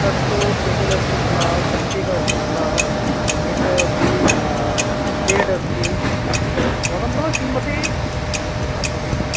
तत्तू टेबलस्ति किल कुञ्चिका अस्ति किल एतदपि बेड् अस्ति भवन्तः किमपि आं वदतु